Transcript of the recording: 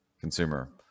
consumer